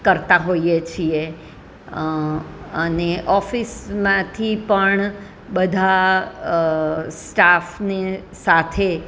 કરતા હોઈએ છીએ અને ઓફિસમાંથી પણ બધા સ્ટાફને સાથે